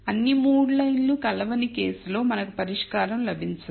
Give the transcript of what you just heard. అన్ని 3 లైన్లు కలవని కేసులో మనకు పరిష్కారం లభించదు